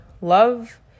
love